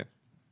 כן.